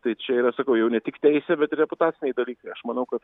tai čia yra sakau jau ne tik teisė bet ir reputaciniai dalykai aš manau kad